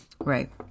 Right